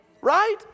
Right